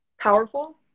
powerful